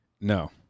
No